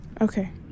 Okay